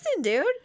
dude